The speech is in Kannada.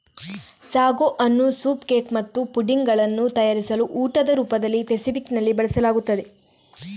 ಸಾಗೋ ಅನ್ನು ಸೂಪ್ ಕೇಕ್ ಮತ್ತು ಪುಡಿಂಗ್ ಗಳನ್ನು ತಯಾರಿಸಲು ಊಟದ ರೂಪದಲ್ಲಿ ಫೆಸಿಫಿಕ್ ನಲ್ಲಿ ಬಳಸಲಾಗುತ್ತದೆ